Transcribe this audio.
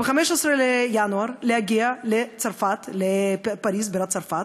ב-15 בינואר להגיע לפריז בירת צרפת,